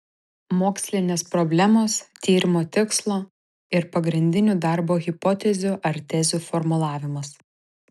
mokslinės problemos tyrimo tikslo ir pagrindinių darbo hipotezių ar tezių formulavimas